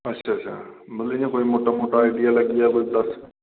अच्छा अच्छा मतलब कोई मुट्टा मुट्टा आइडिया लग्गी जा कोई दस